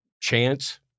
chance